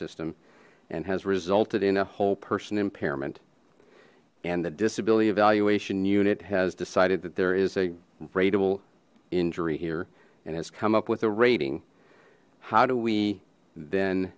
system and has resulted in a whole person impairment and the disability evaluation unit has decided that there is a ratable injury here and has come up with a rating how do we then